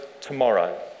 tomorrow